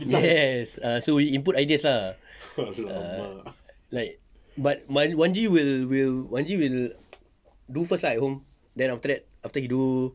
yes err so we input ideas lah ah like but but wan G will will wan G will do first lah at home then after that after he do